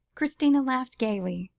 christina laughed gaily.